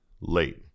late